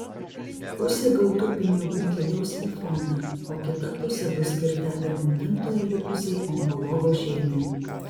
pusė gautų pinigų keliaus į fondą o kita pusė bus skirta be maitintojo likusiai onkologo šeimai